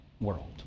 world